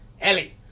Ellie